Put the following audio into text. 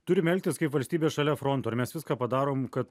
turim elgtis kaip valstybė šalia fronto ar mes viską padarom kad